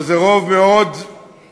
אבל זה רוב מאוד קטן,